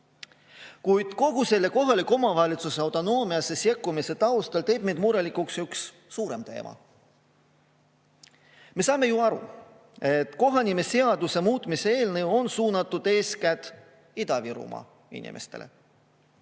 kogu selle kohaliku omavalitsuse autonoomiasse sekkumise taustal teeb mind murelikuks üks suurem teema. Me saame ju aru, et kohanimeseaduse muutmise eelnõu on suunatud eeskätt Ida-Virumaa inimestele.